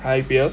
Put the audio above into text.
hi pier